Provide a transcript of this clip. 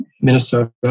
Minnesota